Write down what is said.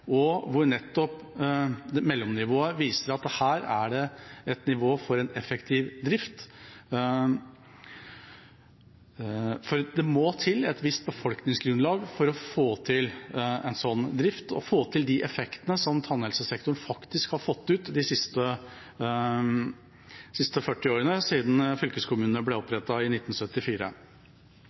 og hvor nettopp mellomnivået viser at her er det et nivå for en effektiv drift. For et visst befolkningsgrunnlag må til for å få til en slik drift og for å få til de effektene som tannhelsesektoren faktisk har fått ut de siste 40 årene, siden fylkeskommunene ble opprettet i 1974.